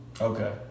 Okay